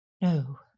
No